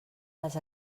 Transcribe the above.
les